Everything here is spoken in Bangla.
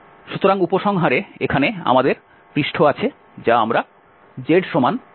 সুতরাং উপসংহারে এখানে আমাদের পৃষ্ঠ আছে যা আমরা zgxyবিবেচনা করেছি